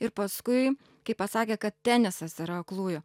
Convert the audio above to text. ir paskui kai pasakė kad tenisas yra aklųjų